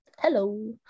hello